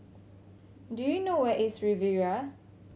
do you know where is Riviera